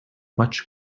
much